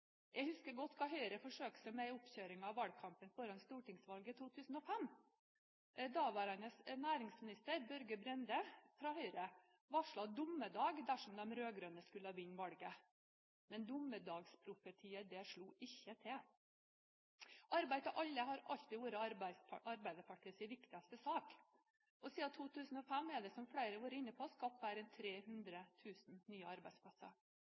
Jeg husker godt hva Høyre forsøkte seg med i oppkjøringen til valgkampen foran stortingsvalget i 2005. Daværende næringsminister Børge Brende fra Høyre varslet dommedag dersom de rød-grønne skulle vinne valget. Men dommedagsprofetier slo ikke til. Arbeid til alle har alltid vært Arbeiderpartiets viktigste sak. Siden 2005 er det, som flere har vært inne på, skapt flere enn 300 000 nye arbeidsplasser.